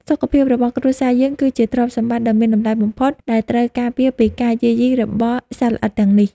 សុខភាពរបស់គ្រួសារយើងគឺជាទ្រព្យសម្បត្តិដ៏មានតម្លៃបំផុតដែលត្រូវការពារពីការយាយីរបស់សត្វល្អិតទាំងនេះ។